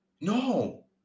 No